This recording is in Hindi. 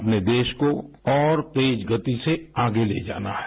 अपने देश को और तेज गति से आगे ले जाना है